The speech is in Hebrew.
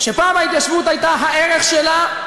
ואשר פעם ההתיישבות הייתה הערך שלה,